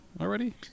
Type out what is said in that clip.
already